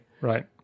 right